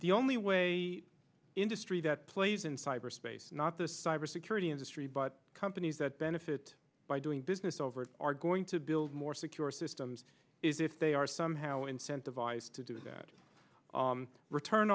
the only way the industry that plays in cyberspace not the cyber security industry but companies that benefit by doing business over it are going to build more secure systems is if they are somehow incentivized to do that return